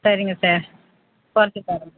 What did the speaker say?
சரிங்க சார் குறைச்சு தரேன்